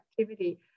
activity